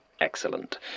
Excellent